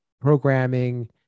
programming